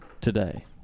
today